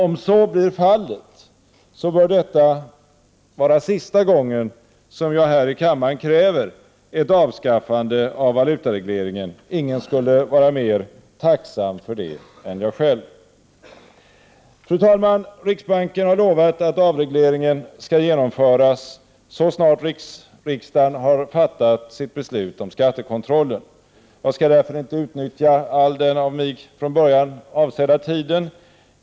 Om så blir fallet bör detta vara sista gången jag här i kammaren kräver ett avskaffande av valutaregleringen. Ingen skulle vara mer tacksam för det än jag själv. Fru talman! Riksbanken har lovat att avregleringen skall genomföras så snart riksdagen har fattat sitt beslut om skattekontrollen. Jag skall därför inte utnyttja all den av mig från början avsedda tiden.